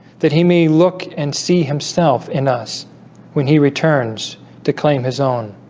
that he may look and see himself in us when he returns to claim his own